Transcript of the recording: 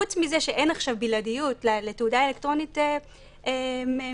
חוץ מזה שאין עכשיו בלעדיות לתעודה אלקטרונית מאושרת,